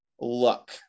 luck